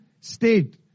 state